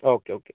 okay okay